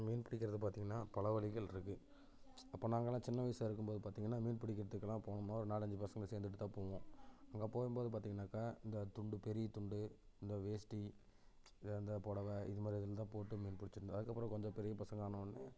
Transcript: அப்புறம் மீன் பிடிக்குறது பார்த்திங்கன்னா பல வழிகள் இருக்குது அப்போ நாங்கெல்லாம் சின்ன வயசாக இருக்கும்போது பார்த்திங்கன்னா மீன் பிடிக்குறதுக்குலாம் போகும் போது நாலு அஞ்சு பசங்க சேர்ந்துட்டு தான் போவோம் அங்கே போகும்போது பார்த்திங்கன்னாக்க இந்த துண்டு பெரிய துண்டு இந்த வேஷ்டி இதை இந்த புடவ இதுமாதிரி இருந்தால் போட்டு மீன் பிடிச்சிட்டு இருந்தோம் அதுக்கப்புறம் கொஞ்சம் பெரிய பசங்களாக ஆனால் ஒடனே